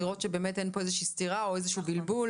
לראות שאין פה סתירה או איזשהו בלבול.